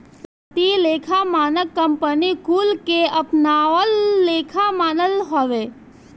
भारतीय लेखा मानक कंपनी कुल के अपनावल लेखा मानक हवे